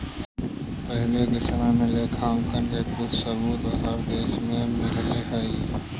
पहिले के समय में लेखांकन के कुछ सबूत हर देश में मिलले हई